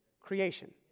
creation